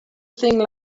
thing